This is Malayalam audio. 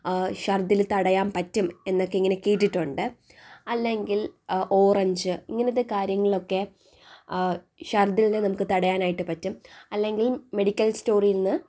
ചർദിൽ തടയാൻ പറ്റും എന്നൊക്കെ ഇങ്ങനെ കേട്ടിട്ടുണ്ട് അല്ലെങ്കിൽ ഓറഞ്ച് ഇങ്ങനത്തെ കാര്യങ്ങളൊക്കെ ചർദ്ദിലിനെ നമുക്ക് തടയാനായിട്ട് പറ്റും അല്ലെങ്കിൽ മെഡിക്കൽ സ്റ്റോർ നിന്ന്